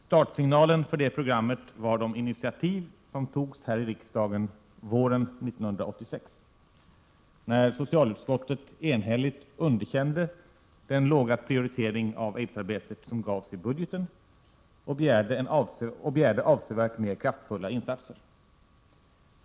Startsignalen för det programmet var de initiativ som togs här i riksdagen våren 1986, när socialutskottet enhälligt underkände den låga prioritering av aidsarbetet som gavs i budgeten och begärde avsevärt mer kraftfulla insatser.